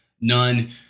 None